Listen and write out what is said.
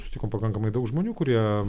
sutikom pakankamai daug žmonių kurie